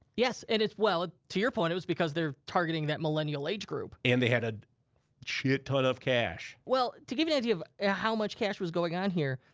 yes, and it's, well, to your point, it was because they're targeting that millennial age group. and they had a shit-ton of cash. well, to give you an idea of ah how much cash was going on here,